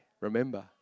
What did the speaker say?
remember